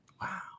Wow